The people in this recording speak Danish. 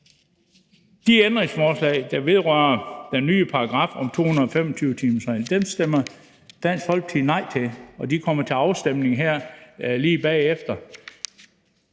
de ændringsforslag, der vedrører den nye paragraf om 225-timersreglen, stemmer Dansk Folkeparti nej til, når de kommer til afstemning her lige bagefter.